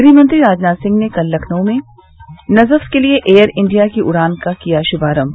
गृहमंत्री राजनाथ सिंह ने कल लखनऊ से नजफ़ के लिये एयर इंडिया की उड़ान का किया शुभारम्भ